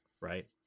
right